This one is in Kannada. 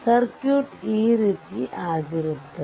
ಸರ್ಕ್ಯೂಟ್ ಈ ರೀತಿಯಾಗಿರುತ್ತದೆ